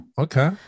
Okay